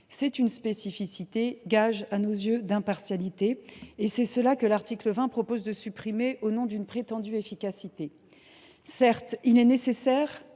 Cette spécificité est à nos yeux gage d’impartialité. Or c’est ce que l’article 20 propose de supprimer, au nom d’une prétendue efficacité. Certes, il est nécessaire